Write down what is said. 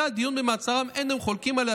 הדיון במעצרם אין הם חולקים עליה,